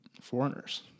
foreigners